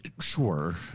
sure